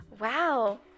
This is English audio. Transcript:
Wow